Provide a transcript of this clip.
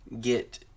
get